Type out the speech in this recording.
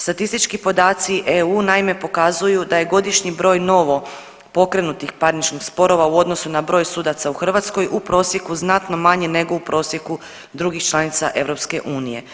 Statistički podaci EU naime pokazuju da je godišnji broj novopokrenutih parničnih sporova u odnosu na broj sudaca u Hrvatskoj znatno manji nego u prosjeku drugih članica EU.